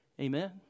amen